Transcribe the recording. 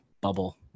bubble